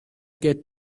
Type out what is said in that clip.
get